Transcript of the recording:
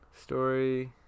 Story